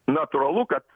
natūralu kad